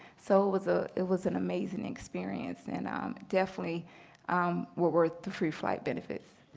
so it was ah it was an amazing experience, and um definitely were worth the free flight benefits,